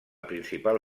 principal